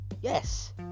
yes